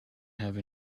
have